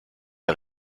est